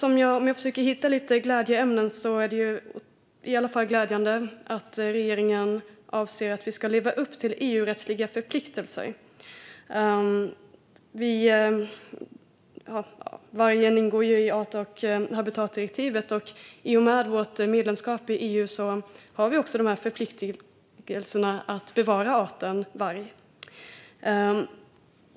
Om jag försöker hitta något glädjeämne i svaret skulle det vara att regeringen avser att vi ska leva upp till EU-rättsliga förpliktelser. Vargen ingår ju i art och habitatdirektivet, och i och med vårt medlemskap i EU har vi också de här förpliktelserna att bevara arten varg.